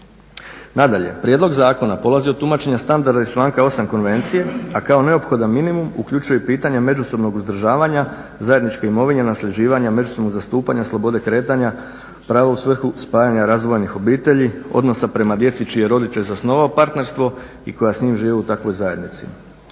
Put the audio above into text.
Nadalje, prijedlog zakona polazi od tumačenja standarda iz članka 8. Konvencije, a kao neophodan minimum uključuje i pitanje međusobnog uzdržavanja, zajedničke imovine, nasljeđivanja, međusobnog zastupanja, slobode kretanja, prava u svrhu spajanja razdvojenih obitelji, odnosa prema djeci čiji je roditelj zasnovao partnerstvo i koja s njim žive u takvoj zajednici.